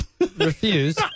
refuse